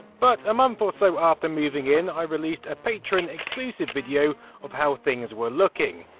but a month or so after moving in, i released a patron exclusive video of how things were looking.